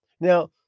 Now